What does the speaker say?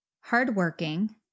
hardworking